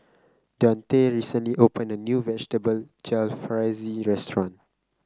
Dionte recently opened a new Vegetable Jalfrezi restaurant